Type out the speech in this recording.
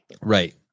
right